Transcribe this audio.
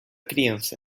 criança